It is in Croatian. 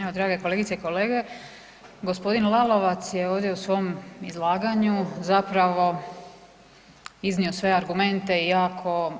Evo drage kolegice i kolege, g. Lalovac je ovdje u svom izlaganju zapravo iznio sve argumente i jako